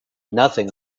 nothing